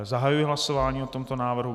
Zahajuji hlasování o tomto návrhu.